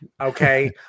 okay